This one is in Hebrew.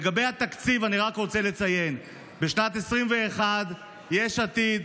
לגבי התקציב אני רוצה לציין שבשנת 2021 יש עתיד,